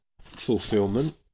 fulfillment